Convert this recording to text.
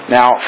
Now